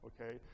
okay